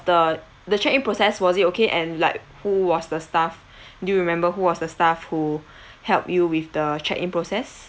the the check in process was it okay and like who was the staff do you remember who was the staff who help you with the check in process